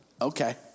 Okay